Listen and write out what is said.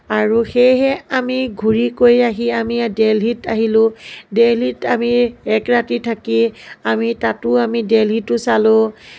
আৰু সেইহে আমি ঘূৰি কৰি আহি আমি দেলহিত আহিলোঁ দেলহিত আমি এক ৰাতি থাকি আমি তাতো আমি দেলহিতো চালোঁ